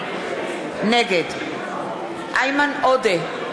נגד איימן עודה,